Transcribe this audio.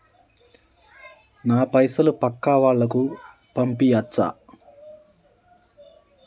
నా పైసలు పక్కా వాళ్ళకు పంపియాచ్చా?